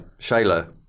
Shayla